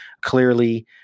Clearly